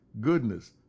goodness